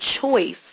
choice